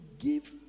give